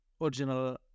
original